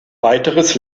weiteres